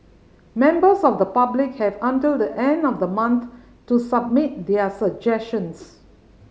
members of the public have until the end of the month to submit their suggestions